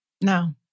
No